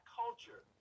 culture